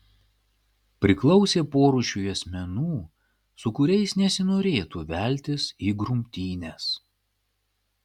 priklausė porūšiui asmenų su kuriais nesinorėtų veltis į grumtynes